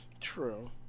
true